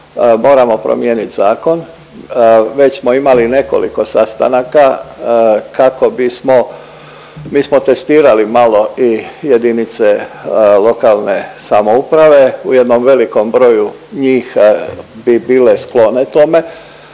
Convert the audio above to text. moramo promijenit zakon, već smo imali nekoliko sastanaka kako bismo, mi smo testirali malo i JLS, u jednom velikom broju njih bi bile sklone tome,